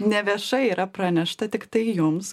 neviešai yra pranešta tiktai jums